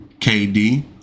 KD